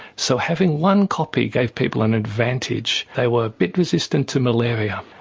so having one copy gave people an advantage, they were a bit resistant to malaria.